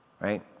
right